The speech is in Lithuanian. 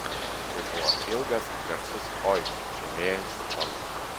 tai buvo ilgas garsus oi žemėjančiu tonu